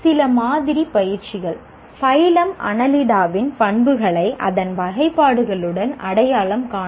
சில மாதிரி பயிற்சிகள் பைலம் அன்னெலிடாவின் பண்புகளை அதன் வகைப்பாடுகளுடன் அடையாளம் காணவும்